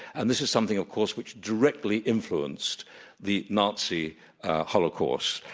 and this is something, of course, which directly influenced the nazi holocaust.